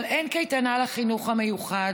אבל אין קייטנה לחינוך המיוחד,